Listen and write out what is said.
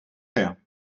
faire